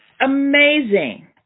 amazing